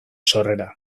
sorrera